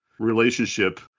relationship